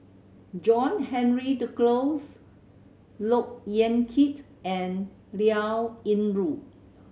John Henry Duclos Look Yan Kit and Liao Yingru